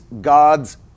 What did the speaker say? God's